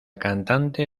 cantante